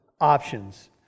options